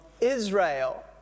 Israel